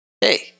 Hey